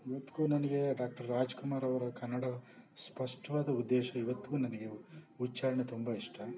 ಇವತ್ತಿಗೂ ನನಗೆ ಡಾಕ್ಟರ್ ರಾಜ್ಕುಮಾರ್ ಅವರು ಕನ್ನಡ ಸ್ಪಷ್ಟವಾದ ಉದ್ದೇಶ ಇವತ್ತಿಗೂ ನನಗೆ ಉಚ್ಚಾರಣೆ ತುಂಬ ಇಷ್ಟ